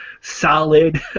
solid